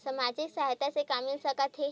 सामाजिक सहायता से का मिल सकत हे?